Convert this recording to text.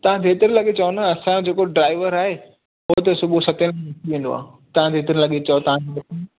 तव्हां जेतिरे लॻे चओ न असां जो जेको ड्राइवर आहे हू त सुबुह सते बजे निकिरी वेंदो आहे तव्हां जेतिरे लॻे चओ तव्हांखे